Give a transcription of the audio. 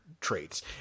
traits